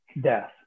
death